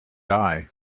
die